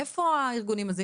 איפה הארגונים האלה?